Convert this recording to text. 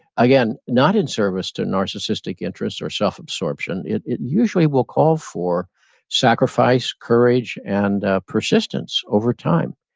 again, not in service to narcissistic interests or self-absorption, it it usually will call for sacrifice, courage, and persistence over time,